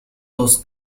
los